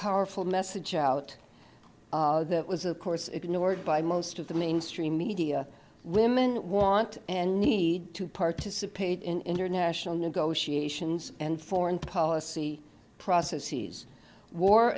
powerful message out that was of course ignored by most of the mainstream media women want and need to participate in international negotiations and foreign policy process